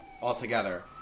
Altogether